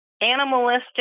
animalistic